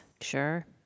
Sure